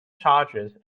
chargers